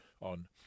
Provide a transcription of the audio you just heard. on